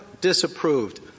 disapproved